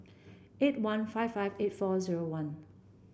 eight one five five eight four zero one